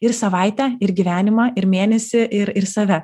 ir savaitę ir gyvenimą ir mėnesį ir ir save